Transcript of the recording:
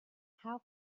how